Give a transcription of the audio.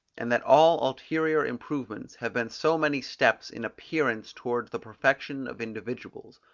and that all ulterior improvements have been so many steps, in appearance towards the perfection of individuals,